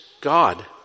God